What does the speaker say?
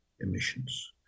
emissions